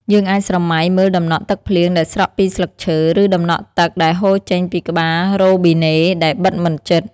យើងអាចស្រមៃមើលដំណក់ទឹកភ្លៀងដែលស្រក់ពីស្លឹកឈើ ឬដំណក់ទឹកដែលហូរចេញពីក្បាលរ៉ូប៊ីណេដែលបិទមិនជិត។